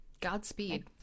Godspeed